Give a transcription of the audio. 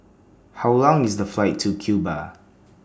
How Long IS The Flight to Cuba